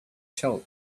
tell